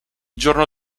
giorno